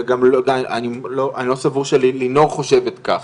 וגם אני לא סבור שלינור חושבת כך,